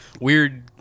weird